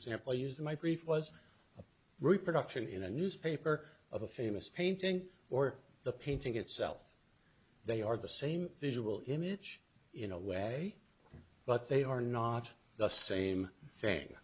example used in my brief was a reproduction in a newspaper of a famous painting or the painting itself they are the same visual image in a way but they are not the same